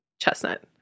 chestnut